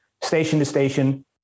station-to-station